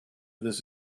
this